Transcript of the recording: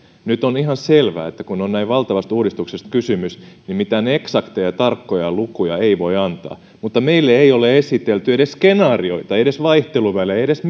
nyt on ihan selvää että kun on näin valtavasta uudistuksesta kysymys niin mitään eksakteja ja tarkkoja lukuja ei voi antaa mutta meille ei ole esitelty edes skenaarioita ei edes vaihteluvälejä ei edes